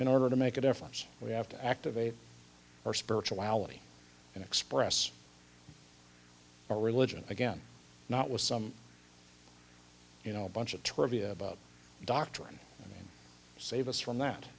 in order to make a difference we have to activate our spirituality and express our religion again not with some you know bunch of trivia about doctrine and save us from